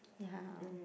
ya